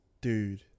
dude